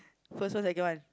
first one second one